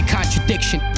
contradiction